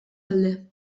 alde